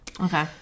Okay